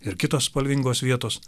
ir kitos spalvingos vietos